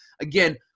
again